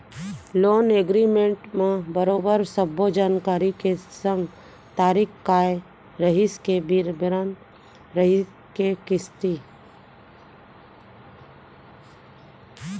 loan agreement म बरोबर सब्बो जानकारी के संग तारीख काय रइही के बिबरन रहिथे के किस्ती